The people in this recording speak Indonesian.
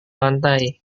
lantai